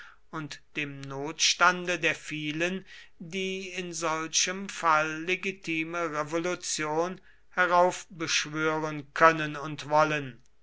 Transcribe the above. und dem notstande der vielen die in solchem fall legitime revolution heraufbeschwören können und wollen